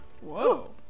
Whoa